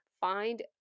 Find